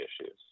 issues